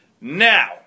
Now